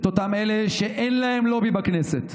את אותם אלה שאין להם לובי בכנסת,